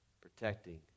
protecting